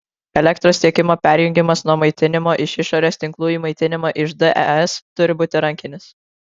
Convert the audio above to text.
elektros tiekimo perjungimas nuo maitinimo iš išorės tinklų į maitinimą iš des turi būti rankinis